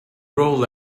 roll